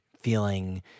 feeling